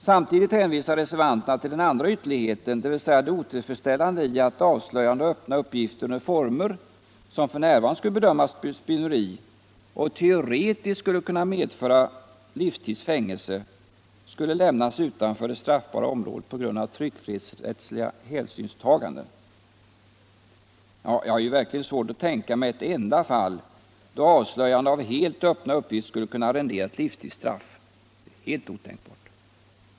Samtidigt hänvisar reservanterna till den andra ytterligheten, dvs. det otillfredsställande i att avslöjande av öppna uppgifter under former, som f.n. skulle bedömas som spioneri och teoretiskt kunna medföra livstids fängelse, skulle lämnas utanför det straffbara området på grund av straffrättsliga hänsynstaganden. Jag har verkligen svårt att tänka mig ett enda fall då avslöjandet av helt öppna uppgifter skulle kunna rendera ett livstidsstraff. Det förefaller mig helt otänkbart.